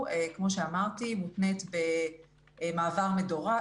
זה 1,300 משפחות,